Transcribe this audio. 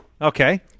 Okay